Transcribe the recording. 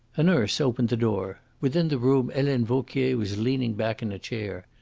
a nurse opened the door. within the room helene vauquier was leaning back in a chair.